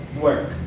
work